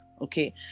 okay